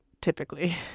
typically